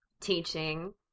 Teaching